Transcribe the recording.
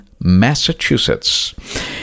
Massachusetts